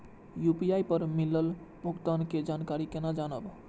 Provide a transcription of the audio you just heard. UPI पर मिलल भुगतान के जानकारी केना जानब?